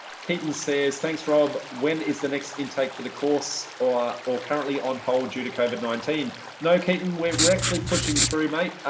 katyn says, thanks, rob. when is the next intake for the course or or currently on hold you to covid nineteen no katyn, we're actually pushing through, mate.